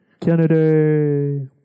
Kennedy